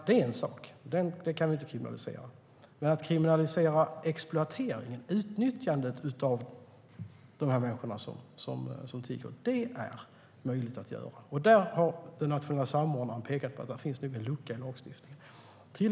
Det är en sak, och den kan vi inte kriminalisera. Däremot är det möjligt att kriminalisera exploateringen och utnyttjandet av de människor som tigger. Den nationella samordnaren har pekat på att det finns en lucka i lagstiftningen där.